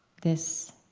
this